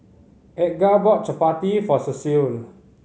Edgar bought Chapati for Cecil